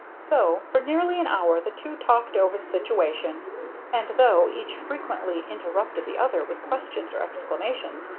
so, for nearly an hour, the two talked over the situation and, though each frequently interrupted the other with questions or exclamations,